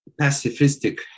pacifistic